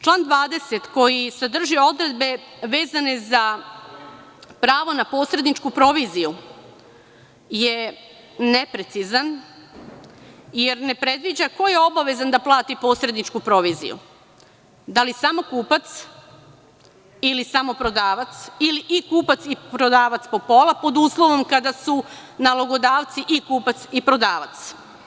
Član 20. koji sadrži odredbe vezane za pravo na posredničku proviziju je neprecizan, jer ne predviđa ko je obavezan da plati posredničku proviziju, da li samo kupac, ili samo prodavac, ili i kupac i prodavac po pola, pod uslovom kada su nalogodavci i kupac i prodavac.